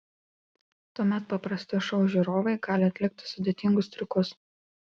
tuomet paprasti šou žiūrovai gali atlikti sudėtingus triukus